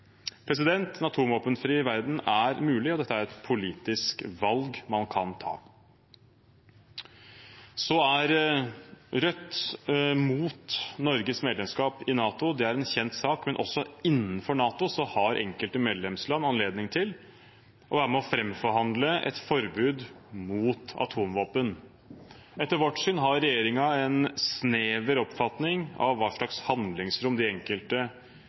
verden er mulig, og dette er et politisk valg man kan ta. Rødt er mot Norges medlemskap i NATO, det er en kjent sak. Også innenfor NATO har enkelte medlemsland anledning til å være med og framforhandle et forbud mot atomvåpen. Etter vårt syn har regjeringen en snever oppfatning av hva slags handlingsrom de enkelte